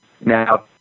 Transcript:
Now